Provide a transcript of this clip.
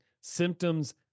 Symptoms